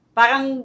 parang